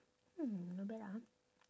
hmm not bad ah